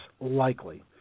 likely